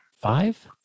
five